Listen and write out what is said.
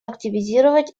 активизировать